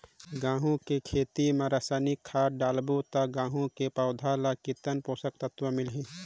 गंहू के खेती मां रसायनिक खाद डालबो ता गंहू के पौधा ला कितन पोषक तत्व मिलही?